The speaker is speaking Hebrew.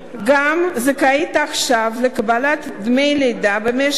גם זכאית עכשיו לדמי לידה במשך